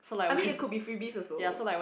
I mean it could be freebies also